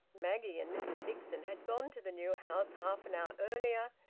maggie and mrs nixon had gone to the new house half an hour earlier,